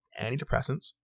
antidepressants